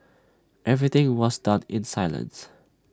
everything was done in silence